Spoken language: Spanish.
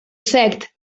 sect